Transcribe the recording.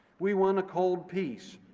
we won a cold peace,